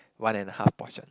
one and a half portion